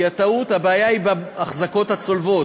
כי הבעיה היא בהחזקות הצולבות,